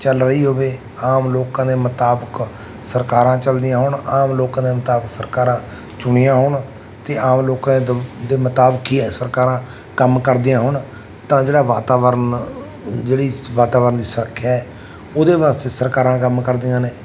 ਚੱਲ ਰਹੀ ਹੋਵੇ ਆਮ ਲੋਕਾਂ ਦੇ ਮੁਤਾਬਕ ਸਰਕਾਰਾਂ ਚੱਲਦੀਆਂ ਹੋਣ ਆਮ ਲੋਕਾਂ ਦੇ ਮੁਤਾਬਕ ਸਰਕਾਰਾਂ ਚੁਣੀਆਂ ਹੋਣ ਅਤੇ ਆਮ ਲੋਕਾਂ ਦ ਦੇ ਮੁਤਾਬਕ ਹੀ ਹੈ ਸਰਕਾਰਾਂ ਕੰਮ ਕਰਦੀਆਂ ਹੋਣ ਤਾਂ ਜਿਹੜਾ ਵਾਤਾਵਰਨ ਜਿਹੜੀ ਵਾਤਾਵਰਨ ਦੀ ਸੁਰੱਖਿਆ ਉਹਦੇ ਵਾਸਤੇ ਸਰਕਾਰਾਂ ਕੰਮ ਕਰਦੀਆਂ ਨੇ